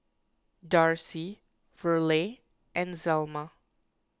Darcie Verle and Zelma